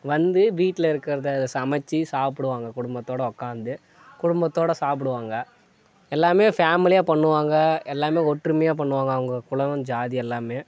வந்து வீட்டில் இருக்கறதை சமைச்சி சாப்பிடுவாங்க குடும்பத்தோட உக்காந்து குடும்பத்தோட சாப்பிடுவாங்க எல்லாமே ஃபேமிலியாக பண்ணுவாங்க எல்லாமே ஒற்றுமையாக பண்ணுவாங்க அவங்க குலம் ஜாதி எல்லாமே